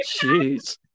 Jeez